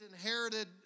inherited